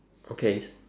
okays